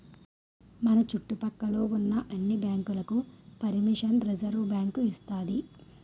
మన చుట్టు పక్క లో ఉన్న అన్ని బ్యాంకులకు పరిమిషన్ రిజర్వుబ్యాంకు ఇస్తాది